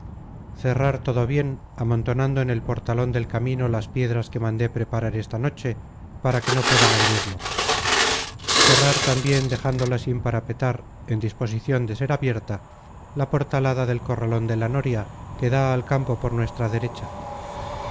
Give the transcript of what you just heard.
cerrar todo bien amontonando en el portalón del camino las piedras que mandé preparar esta noche para que no puedan abrirlo cerrar también dejándola sin parapetar en disposición de ser abierta la portalada del corralón de la noria queda al campo por nuestra derecha